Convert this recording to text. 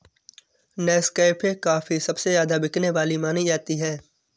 Nescafe coffee सबसे ज्यादा बिकने वाली मानी जाती है